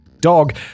dog